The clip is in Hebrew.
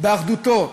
באחדותו,